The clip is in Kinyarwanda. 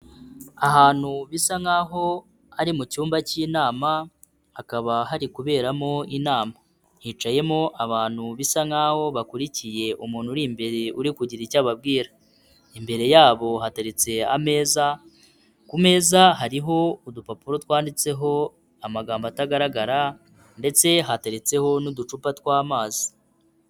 Ahantu bisa nk'aho ari mu cyumba cy'inama, hakaba hari kuberamo inama, hicayemo abantu bisa nkaho bakurikiye umuntu uri imbere uri kugira icyo ababwira. Imbere yabo hateretse ameza, ku meza hariho udupapuro twanditseho amagambo atagaragara ndetse hateretseho n'uducupa tw'amazi.